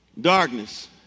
darkness